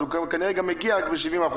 אז כנראה הוא גם מגיע ל-70%.